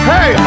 Hey